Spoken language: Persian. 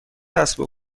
اسب